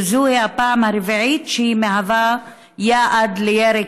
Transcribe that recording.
שזו הפעם הרביעית שהיא מהווה יעד לירי,